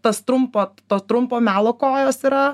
tas trumpo to trumpo melo kojos yra